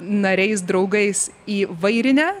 nariais draugais į vairinę